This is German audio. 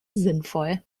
sinnvoll